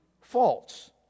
false